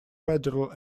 federal